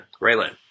Raylan